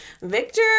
Victor